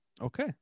Okay